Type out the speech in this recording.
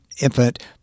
infant